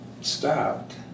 stopped